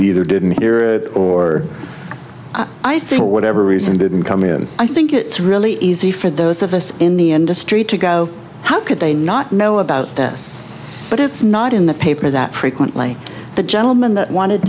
either didn't or i think whatever reason didn't come in i think it's really easy for those of us in the industry to go how could they not know about us but it's not in the paper that frequently the gentleman that wanted